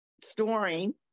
storing